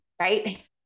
right